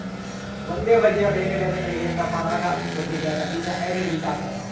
ಒಂದೇ ಬಗೆಯ ಬೇರೆ ಬೇರೆ ತಳಿಗಳಿಂದ ಪರಾಗ ಹೊಂದಿ ಬೆಳೆದ ಬೀಜ ಹೈಬ್ರಿಡ್ ಬೀಜ ಆಗ್ತಾದ